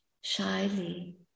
shyly